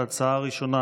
ההצעה הראשונה